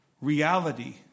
Reality